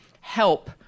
help